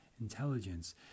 intelligence